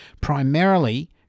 Primarily